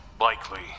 Likely